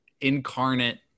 incarnate